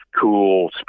cool